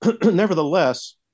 Nevertheless